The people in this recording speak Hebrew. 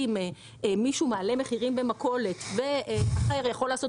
אם מישהו מעלה מחירים במכולת ואחר יכול לעשות